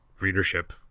readership